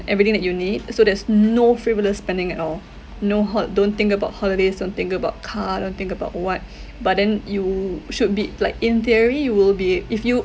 everything that you need so there's no frivolous spending at all no hod~ don't think about holidays don't think about car don't think about what but then you should be like in theory you will be if you